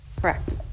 Correct